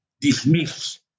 dismiss